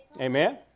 Amen